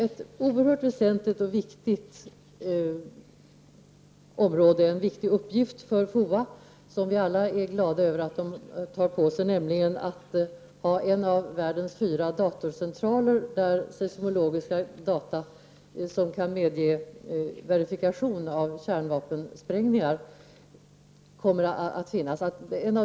En oerhört väsentlig och viktig uppgift för FOA, som vi alla är glada över att man tar på sig, är att ha en av världens fyra datorcentraler som kan ta emot seismologiska data som kan ge verifikation av kärnvapensprängningar.